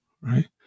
right